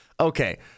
Okay